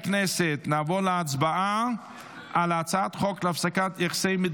ההצעה להעביר את הצעת חוק לתיקון פקודת החסינויות וזכויות